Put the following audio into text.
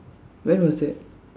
when was that